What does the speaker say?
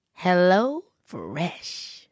HelloFresh